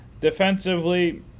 Defensively